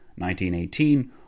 1918